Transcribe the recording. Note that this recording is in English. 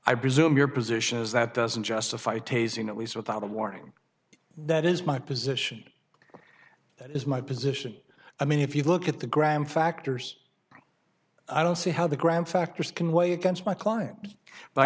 i presume your position is that doesn't justify tasing at least without a warning that is my position that is my position i mean if you look at the grand factors i don't see how the gram factors can weigh against my client but i